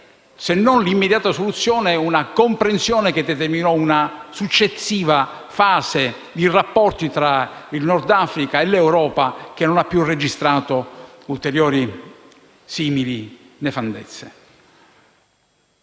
se non l'immediata soluzione, una comprensione che determinò una successiva fase di rapporti tra il Nord Africa e l'Europa, che non ha più registrato ulteriori simili nefandezze.